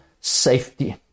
safety